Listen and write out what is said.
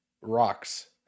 rocks